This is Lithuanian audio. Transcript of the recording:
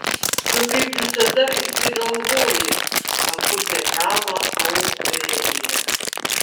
tu kaip visada išsigalvoji papurtė galvą aurelija